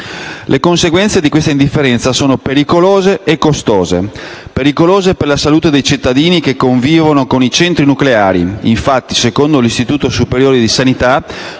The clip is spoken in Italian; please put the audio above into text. Le conseguenze di questa indifferenza sono pericolose e costose. Pericolose per la salute dei cittadini che convivono con i centri nucleari, dato che secondo l'Istituto superiore di sanità